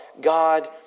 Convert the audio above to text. God